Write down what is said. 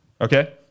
okay